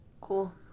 Cool